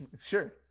Sure